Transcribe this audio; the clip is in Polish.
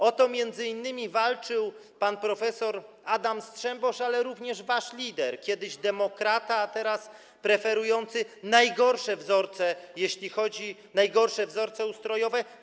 O to m.in. walczył pan prof. Adam Strzembosz, ale również wasz lider, kiedyś demokrata, a teraz preferujący najgorsze wzorce, najgorsze wzorce ustrojowe.